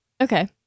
Okay